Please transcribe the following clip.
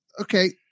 okay